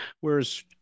Whereas